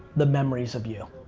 the memories of you.